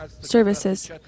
services